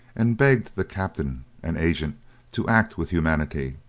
and begged the captain and agent to act with humanity.